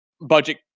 budget